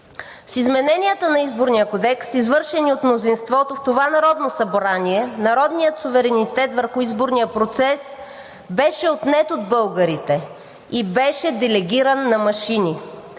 С измененията на Изборния кодекс, извършени от мнозинството в това Народно събрание, народният суверенитет върху изборния процес беше отнет от българите и беше делегиран на машини.